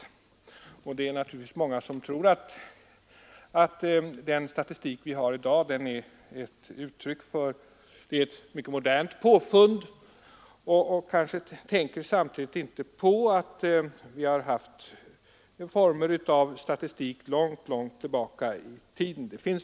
Naturligtvis är det många som tror att den statistik vi har i dag är ett mycket modernt påfund. Man tänker kanske inte på att vi haft former av statistik långt tillbaka i tiden.